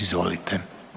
Izvolite.